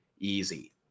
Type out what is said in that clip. easy